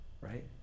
Right